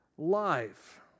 life